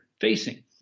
facing